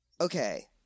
okay